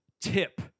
Tip